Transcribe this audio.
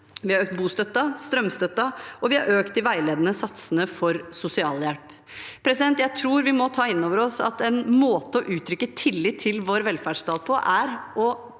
vi har økt bostøtten og strømstøtten, og vi har økt de veiledende satsene for sosialhjelp. Jeg tror vi må ta inn over oss at en måte å uttrykke tillit til vår velferdsstat på er å